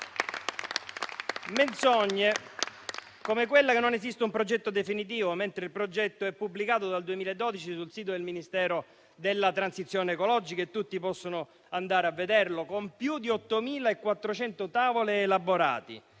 Menzogne, come quella che non esiste un progetto definitivo, mentre il progetto è pubblicato dal 2012 sul sito del Ministero della transizione ecologica e tutti possono andare a vederlo, con più di 8.400 tavole ed elaborati.